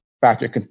factor